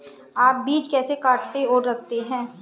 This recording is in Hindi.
आप बीज कैसे काटते और रखते हैं?